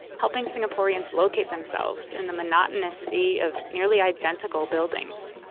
helping singaporeans locate themselves in the monotonous sea of nearly identical buildings